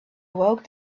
awoke